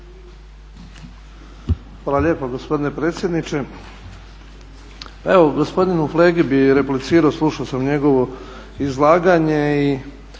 Hvala lijepa gospodine predsjedniče. Pa evo, gospodinu Flegi bih replicirao, slušao sam njegovo izlaganje